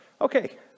Okay